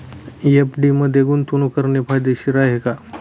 FD मध्ये गुंतवणूक करणे फायदेशीर आहे का?